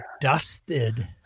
dusted